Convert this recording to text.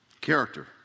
character